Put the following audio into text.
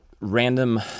random